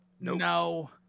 No